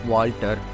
Walter